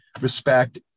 respect